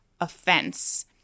offense